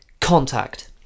contact